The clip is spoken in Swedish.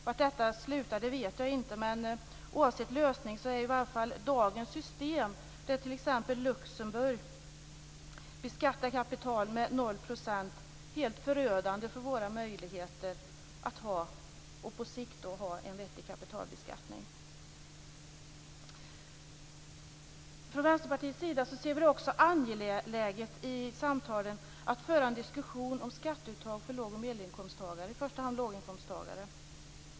Var detta slutar vet jag inte, men oavsett lösning är i varje fall dagens system, där t.ex. Luxemburg beskattar kapital med 0 %, helt förödande för våra möjligheter att på sikt ha en vettig kapitalbeskattning. Från Vänsterpartiets sida ser vi det också angeläget i samtalen att föra en diskussion om skatteuttag för låg och medelinkomsttagare, i första hand låginkomsttagare.